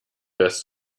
des